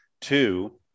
Two